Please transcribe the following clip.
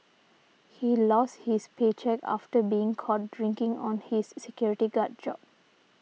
he lost his paycheck after being caught drinking on his security guard job